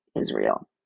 Israel